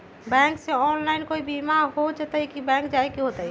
Bank से online कोई बिमा हो जाई कि बैंक जाए के होई त?